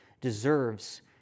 deserves